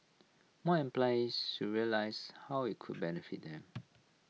more employees should realize how IT could benefit them